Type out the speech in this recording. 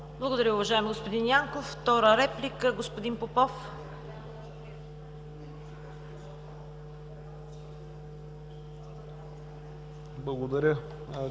Благодаря, уважаеми господин Янков. Втора реплика – господин Попов. ФИЛИП